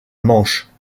manche